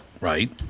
right